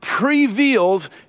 reveals